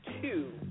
two